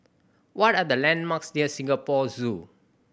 what are the landmarks near Singapore Zoo